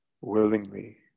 willingly